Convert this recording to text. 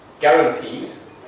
guarantees